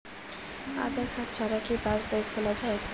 আধার card ছাড়া কি পাসবই খোলা যায়?